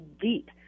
deep